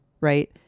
right